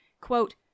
Quote